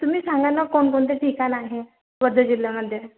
तुम्ही सांगा ना कोणकोणते ठिकाण आहे वर्धा जिल्ह्यामध्ये